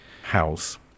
house